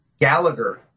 Gallagher